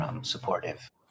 supportive